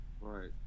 Right